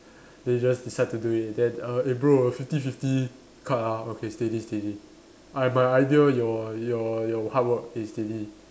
they just decide to do it then err eh bro fifty fifty cut ah okay steady steady I my idea your your your hard work is steady